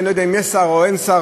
אני לא יודע אם יש שר או אין שר,